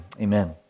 Amen